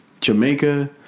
Jamaica